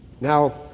Now